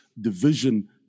division